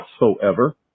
whatsoever